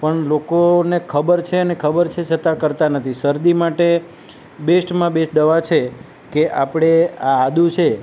પણ લોકોને ખબર છે ને ખબર છે છતાં કરતા નથી સરદી માટે બેસ્ટમાં બેસ્ટ દવા છે કે આપણે આ આદુ છે